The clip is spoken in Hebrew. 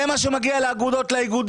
זה מה שמגיע לאיגודים.